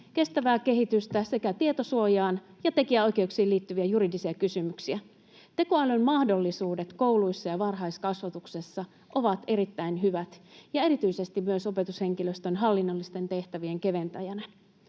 kestävää kehitystä sekä tietosuojaan ja tekijänoikeuksiin liittyviä juridisia kysymyksiä. Tekoälyn mahdollisuudet kouluissa ja varhaiskasvatuksessa ovat erittäin hyvät ja erityisesti myös opetushenkilöstön hallinnollisten tehtävien keventäjänä.